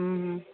हम्म हम्म